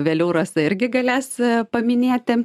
vėliau rasa irgi galės paminėti